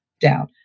down